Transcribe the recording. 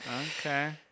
okay